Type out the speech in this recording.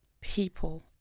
people